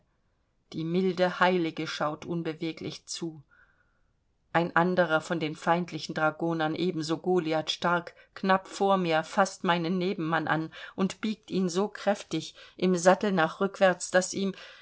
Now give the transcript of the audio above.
die milde heilige schaut unbeweglich zu ein anderer von den feindlichen dragonern ebenso goliathstark knapp vor mir faßt meinen nebenmann an und biegt ihn so kräftig im sattel nach rückwärts daß ihm